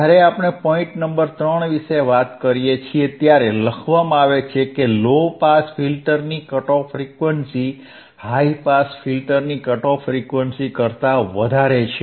જ્યારે આપણે point number 3 વિશે વાત કરીએ છીએ ત્યારે લખવામાં આવે છે કે લો પાસ ફિલ્ટરની cut off frequency high pass ફિલ્ટરની કટ ઓફ ફ્રીક્વન્સી કરતા વધારે છે